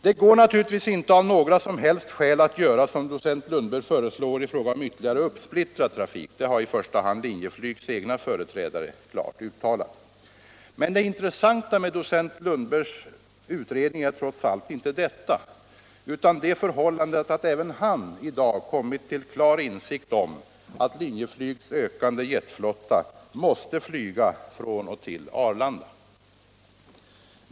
Det går naturligtvis inte av några som helst skäl att göra som docent Lundberg föreslår i fråga om ytterligare uppsplittrad trafik — det har i första hand Linjeflygs egna företrädare klart uttalat. Men det intressanta med docent Lundbergs utredning är trots allt inte detta, utan det förhållandet att även han i dag kommit till klar insikt om att Linjeflygs ökande jetflotta måste flyga från och till Arlanda.